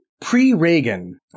pre-Reagan